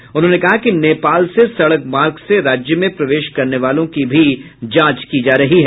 श्री पाण्डेय ने कहा कि नेपाल से सड़क मार्ग से राज्य में प्रवेश करने वालों की भी जांच की जा रही है